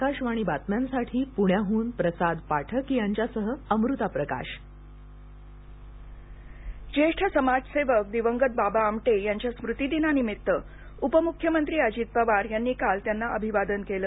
आकाशवाणी बातम्यांसाठी पुण्याहून प्रसाद पाठक यांच्यासह अमृता प्रकाश प्णे आदरांजली ज्येष्ठ समाजसेवक दिवंगत बाबा आमटे यांच्या स्मूतीदिना निमित्त उपमुख्यमंत्री अजित पवार यांनी काल त्यांना अभिवादन केलं